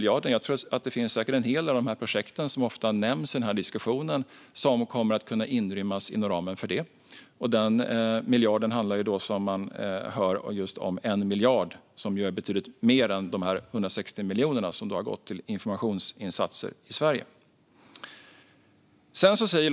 Jag tror säkert att en del av de projekt som ofta nämns i den här diskussionen kommer att kunna rymmas inom ramen för demokratimiljarden, vilket ju, som man hör, är betydligt mer de 160 miljoner som har gått till informationsinsatser i Sverige.